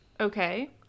Okay